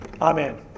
Amen